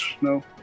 No